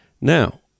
now